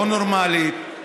לא נורמלית,